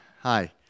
Hi